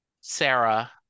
Sarah